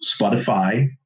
Spotify